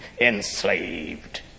enslaved